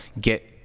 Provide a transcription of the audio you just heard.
get